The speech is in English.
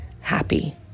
happy